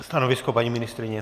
Stanovisko paní ministryně?